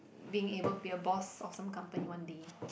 being able to be a boss of some company one day